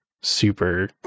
super